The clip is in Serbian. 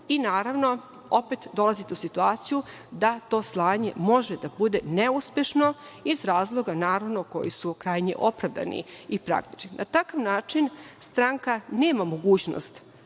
i, naravno, opet dolazite u situaciju da to slanje može da bude neuspešno iz razloga koji su krajnje opravdani. Na takav način, stranka nema mogućnost